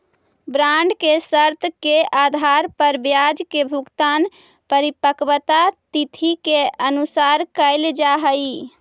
bond के शर्त के आधार पर ब्याज के भुगतान परिपक्वता तिथि के अनुसार कैल जा हइ